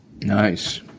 Nice